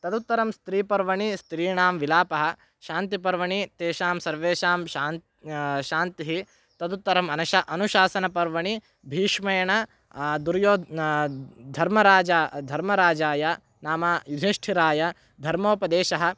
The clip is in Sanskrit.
तदुत्तरं स्त्रीपर्वणि स्त्रीणां विलापः शान्तिपर्वणि तेषां सर्वेषां शान् शान्तिः तदुत्तरम् अनुशा अनुशासनपर्वणि भीष्मेण दुर्यो धर्मराजा धर्मराजाय नाम युधिष्ठिराय धर्मोपदेशः